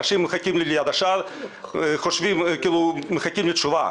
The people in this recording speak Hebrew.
אנשים מחכים לי ליד השער, מחכים לתשובה.